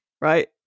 right